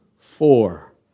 Four